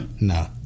no